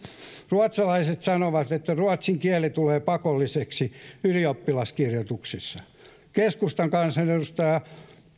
ruotsalaiset sanovat että ruotsin kieli tulee pakolliseksi ylioppilaskirjoituksissa keskustan kansanedustaja